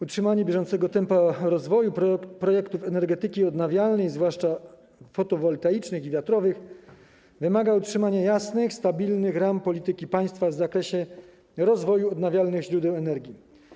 Utrzymanie bieżącego tempa rozwoju projektów energetyki odnawialnej, zwłaszcza fotowoltaicznych i wiatrowych, wymaga utrzymania jasnych, stabilnych ram polityki państwa w zakresie rozwoju odnawialnych źródeł energii.